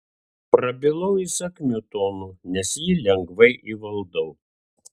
prabilau įsakmiu tonu nes jį lengvai įvaldau